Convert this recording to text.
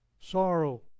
Sorrow